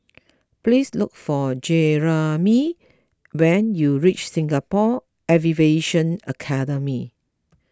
please look for Jeramie when you reach Singapore Aviation Academy